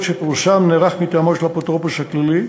שפורסם נערך מטעמו של האפוטרופוס הכללי,